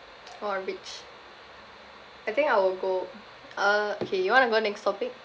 !wah! rich I think I will go uh kay you want to go next topic